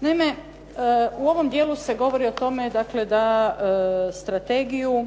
Naime, u ovom dijelu se govori o tome dakle da strategiju